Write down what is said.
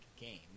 game